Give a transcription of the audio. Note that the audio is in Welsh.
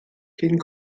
cyn